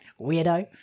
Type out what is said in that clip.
Weirdo